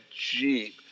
Jeep